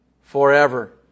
forever